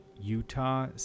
Utah